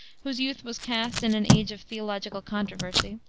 whose youth was cast in an age of theological controversy,